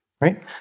Right